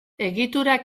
egitura